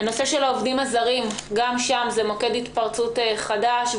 נושא העובדים הזרים גם שם יש מוקד התפרצות חדש,